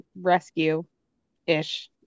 rescue-ish